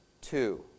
two